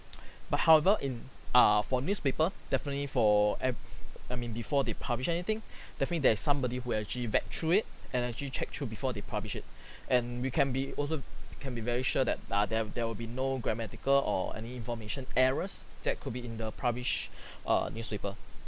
but however in err for newspaper definitely for am I mean before they publish anything definitely there is somebody who actually vet through it and actually check through before they publish it and we can be also can be very sure that err there there will be no grammatical or any information errors that could be in the published err newspaper